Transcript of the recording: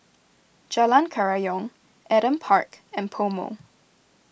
Jalan Kerayong Adam Park and PoMo